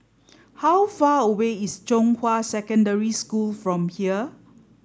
how far away is Zhonghua Secondary School from here